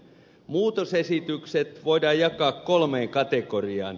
muutosesitykset voidaan jakaa kolmeen kategoriaan